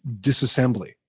disassembly